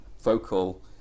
vocal